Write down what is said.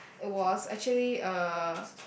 it was actually uh